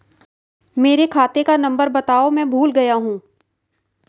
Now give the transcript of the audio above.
मेरे खाते का नंबर बताओ मैं भूल गया हूं